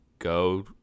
Go